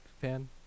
fan